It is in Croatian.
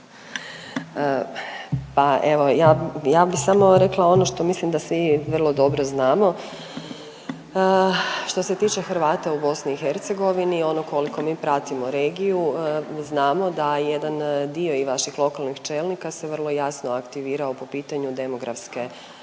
Pa evo, ja bih samo rekla ono što mislim da svi vrlo dobro znamo. Što se tiče Hrvata u BiH, ono koliko mi pratimo regiju, znamo da jedan dio i vaših lokalnih čelnika se vrlo jasno aktivirao po pitanju demografske